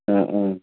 ആ ആ